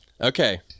Okay